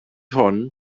hwn